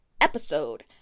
episode